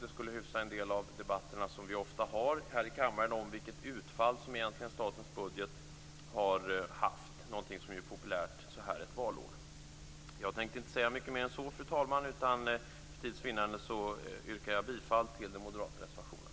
Det skulle hyfsa en del av debatterna som vi ofta har här i kammaren om vilket utfall som statens budget egentligen har haft, någonting som ju är populärt under ett valår. Jag tänker inte säga mycket mer än så, fru talman, utan för tids vinnande yrkar jag bifall till den moderata reservationen.